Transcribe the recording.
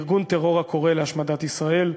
ארגון טרור הקורא להשמדת ישראל".